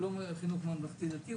לא חינוך ממלכתי-דתי,